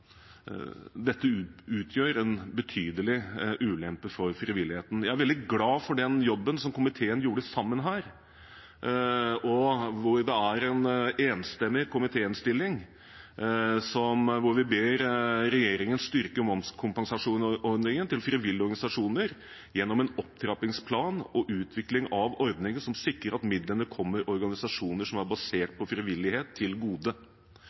dette utgjør en betydelig ulempe for frivilligheten. Jeg er veldig glad for den jobben som komiteen har gjort sammen, hvor en enstemmig komité ber regjeringen styrke momskompensasjonsordningen til frivillige organisasjoner gjennom en opptrappingsplan og utvikling av ordningen som sikrer at midlene kommer organisasjoner som er basert på frivillighet, til gode.